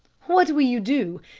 what will you do?